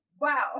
Wow